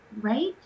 right